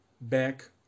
back